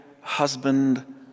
husband